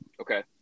Okay